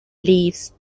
leaves